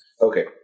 okay